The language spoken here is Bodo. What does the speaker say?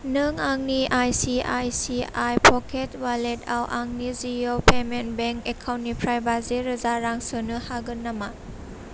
नों आंनि आइसिआइसिआइ प'केट्स अवालेटाव आंनि जिअ पेमेन्टस बेंक एकाउन्टनिफ्राय बाजि रोजा रां सोनो हागोन नामा